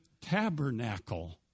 tabernacle